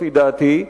לפי דעתי,